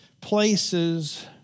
places